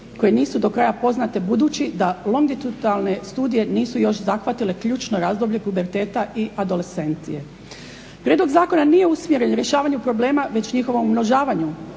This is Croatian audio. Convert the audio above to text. koja nisu do kraja poznate budući da longitudionalne studije nisu još zahvatile ključno razdoblje puberteta i adolescencije. Prijedlog zakona nije usmjeren rješavanju problema već njihovom umnožavanju,